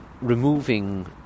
removing